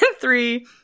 three